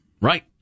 Right